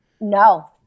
no